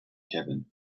kevin